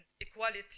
equality